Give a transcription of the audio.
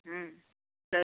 ହଁ ତ